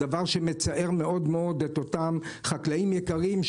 דבר שמצער מאוד מאוד את אותם חקלאים יקרים,